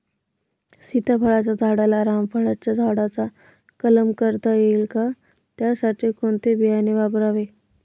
सीताफळाच्या झाडाला रामफळाच्या झाडाचा कलम करता येईल का, त्यासाठी कोणते बियाणे वापरावे?